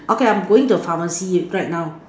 okay I am going to the pharmacy right now